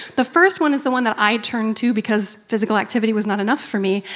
the first one is the one that i turned to, because physical activity was not enough for me,